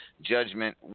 Judgment